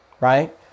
right